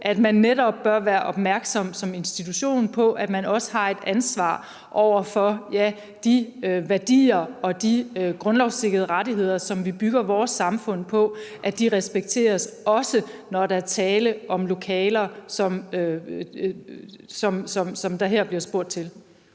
netop bør være opmærksom på, at man også har et ansvar for de værdier og de grundlovssikrede rettigheder, som vi bygger vores samfund på, og at det ansvar respekteres, også når der er tale om lokaler, som der her bliver spurgt til.